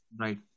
Right